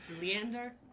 Leander